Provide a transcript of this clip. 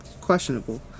questionable